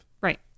Right